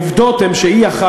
עובדות הן ש-1E,